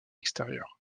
extérieur